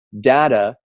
data